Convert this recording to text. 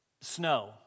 snow